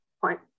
point